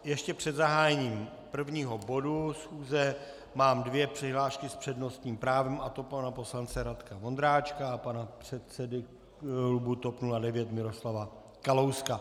Ještě před zahájením prvního bodu schůze mám dvě přihlášky s přednostním právem, a to pana poslance Radka Vondráčka a pana předsedy klubu TOP 09 Miroslava Kalouska.